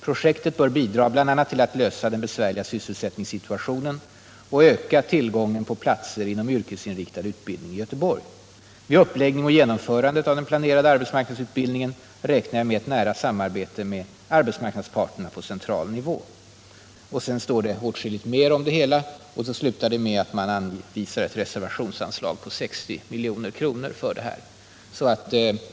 Projektet bör bidra bl.a. till att lösa den besvärliga sysselsättningssituationen och öka tillgången på platser inom yrkesinriktad utbildning i Göteborg. Vid uppläggning och genomförande av den planerade arbetsmarknadsutbildningen räknar jag med att nära samarbete sker med arbetsmarknadsparterna på central nivå.” Det står åtskilligt mer om projektet, och avsnittet slutar med ett förslag om reservationsanslag på 60 milj.kr. för ändamålet.